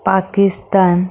Pakistan